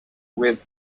with